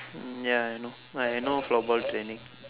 ya I know I know floorball training